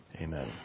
amen